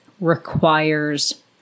requires